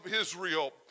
Israel